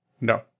No